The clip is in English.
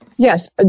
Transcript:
Yes